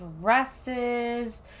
Dresses